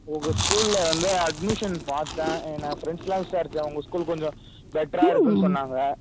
உங்கள் ஸ்கூல் வந்து அட்மிஷன் பார்த்த நான் ஏன் ஃப்ரெண்ட்ஸ் எல்லாம் விசாரிச்சேன் உங்கள் ஸ்கூல் கொஞ்சம் பெட்டராக இருக்குன்னு சொன்னாங்க